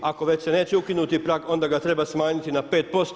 Ako već se neće ukinuti prag, onda ga treba smanjiti na 5%